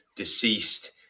deceased